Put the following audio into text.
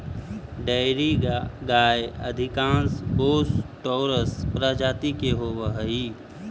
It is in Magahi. डेयरी गाय अधिकांश बोस टॉरस प्रजाति के होवऽ हइ